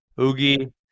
Oogie